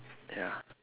ya